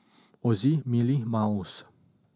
Ozi Mili Miles